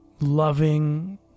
loving